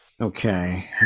okay